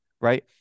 Right